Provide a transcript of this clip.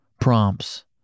prompts